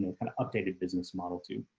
and kind of updated business model to